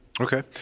Okay